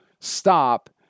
stop